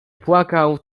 płakał